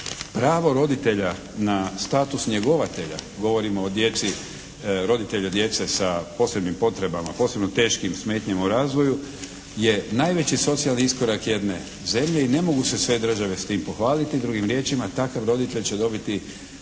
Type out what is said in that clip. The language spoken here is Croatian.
Pravo roditelja na status njegovatelja, govorimo djeci, roditelja djece sa posebnim potrebama, posebno teškim smetnjama u razvoju, je najveći socijalni iskorak jedne zemlje i ne mogu se sve države s tim pohvaliti. Drugim riječima takav roditelj će dobiti